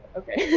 okay